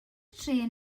trên